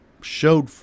showed